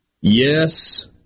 Yes